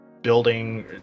building